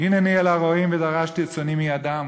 הנני אל הרעים ודרשתי את צאני מידם".